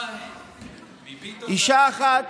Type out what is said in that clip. אישה אחת